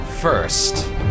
first